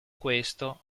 questo